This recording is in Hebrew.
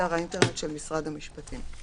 ובאתר האינטרנט של משרד המשפטים".